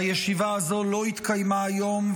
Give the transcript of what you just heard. הישיבה הזו לא התקיימה היום,